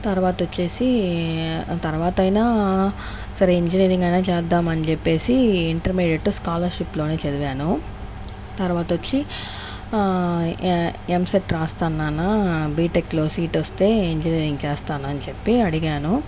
తర్వాత వచ్చేసి తర్వాత అయినా సరే ఇంజనీరింగ్ అయినా చేద్దామని చెప్పేసి ఇంటర్మీడియట్ స్కాలర్షిప్లోనే చదివాను తర్వాత వచ్చి ఎంసెట్ రాస్తాను నాన్న బీటెక్లో సీట్ వస్తే ఇంజనీరింగ్ చేస్తాను అని చెప్పి అడిగాను